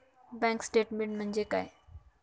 Bank statement म्हणजे काय?